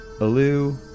Alu